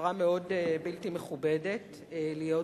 חברה בלתי מכובדת להיות בה.